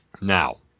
Now